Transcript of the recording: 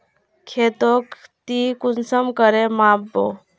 खेतोक ती कुंसम करे माप बो?